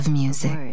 music